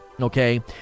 okay